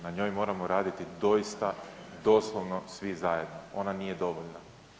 Na njoj moramo raditi doista doslovno svi zajedno, ona nije dovoljna.